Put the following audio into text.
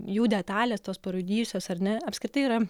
jų detalės tos parūdijusios ar ne apskritai yra